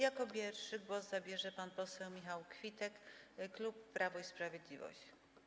Jako pierwszy głos zabierze pan poseł Marek Kwitek, klub Prawo i Sprawiedliwość.